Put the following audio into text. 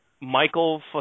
Michael